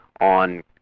on